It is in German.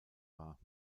war